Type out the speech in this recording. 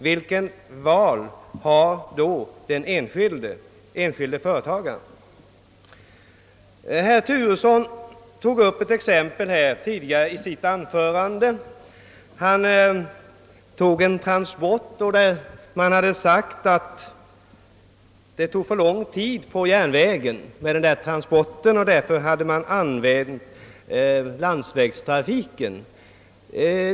Herr Turesson anförde ett exempel i sitt anförande. Han talade om en transport, där man hade ansett att det tog för lång tid på järnväg och i stället hade valt landsvägstrafik.